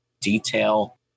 detail